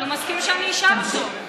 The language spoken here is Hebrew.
אבל הוא מסכים שאני אשאל אותו.